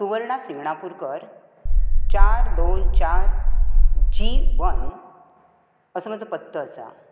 सुवर्णा सिग्नापूरकर चार दोन चार जी वन असो म्हजो पत्तो आसा